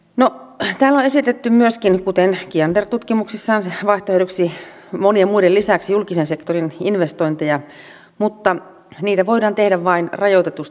täällä on esitetty myöskin kuten kiander tutkimuksissaan vaihtoehdoksi monien muiden lisäksi julkisen sektorin investointeja mutta niitä voidaan tehdä vain rajoitetusti